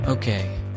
Okay